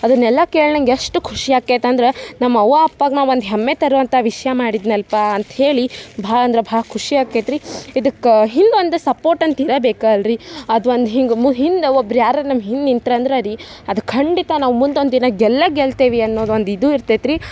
ಅದನ್ನೆಲ್ಲ ಕೇಳಿ ನಂಗೆ ಎಷ್ಟು ಖುಷಿ ಆಕೈತಂದ್ರೆ ನಮ್ಮ ಅವ್ವ ಅಪ್ಪಗ ನಾ ಒಂದು ಹೆಮ್ಮೆ ತರುವಂಥ ವಿಷಯ ಮಾಡಿದ್ನಲ್ಲಪ್ಪ ಅಂತ ಹೇಳಿ ಭಾಳ ಅಂದ್ರೆ ಭಾಳ ಖುಷಿ ಆಗ್ತೈತೆ ರಿ ಇದಕ್ಕೆ ಹಿಂದೊಂದು ಸಪೋರ್ಟ್ ಅಂತ ಇರಬೇಕು ಅಲ್ಲ ರಿ ಅದೊಂದು ಹಿಂಗೆ ಮು ಹಿಂದೆ ಒಬ್ರು ಯಾರೋ ನಮ್ಮ ಹಿಂದೆ ನಿಂತ್ರು ಅಂದ್ರೆ ರೀ ಅದು ಖಂಡಿತ ನಾವು ಮುಂದೊಂದು ದಿನ ಗೆಲ್ಲೇ ಗೆಲ್ತೇವೆ ಅನ್ನೋದೊಂದು ಇದು ಇರ್ತೈತೆ ರಿ